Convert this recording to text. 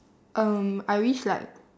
um I wish like